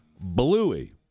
bluey